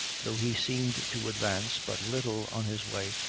though he seemed to advance but little on his way,